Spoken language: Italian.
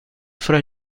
fra